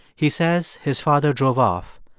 he says his father drove off,